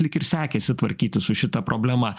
lyg ir sekėsi tvarkytis su šita problema